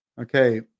Okay